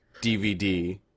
DVD